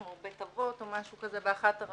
כמו בית אבות,